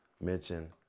mention